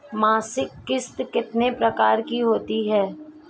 मासिक किश्त कितने प्रकार की होती है?